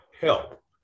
help